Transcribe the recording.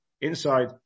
inside